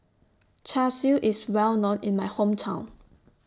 Char Siu IS Well known in My Hometown